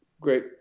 great